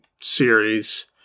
series